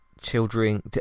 children